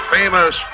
famous